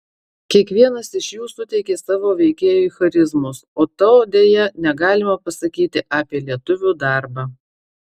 kiekvienas iš jų suteikė savo veikėjui charizmos o to deja negalima pasakyti apie lietuvių darbą